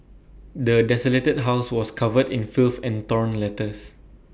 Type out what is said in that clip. the desolated house was covered in filth and torn letters